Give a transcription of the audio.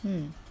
mm